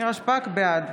בעד